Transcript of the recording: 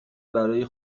برای